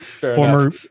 Former